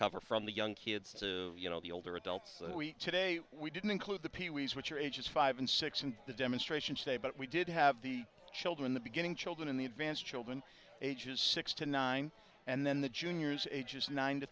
cover from the young kids you know the older adults today we didn't include the peewees which are ages five and six and the demonstrations say but we did have the children the beginning children in the advanced children ages six to nine and then the juniors ages nine to